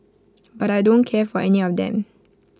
but I don't care for any of them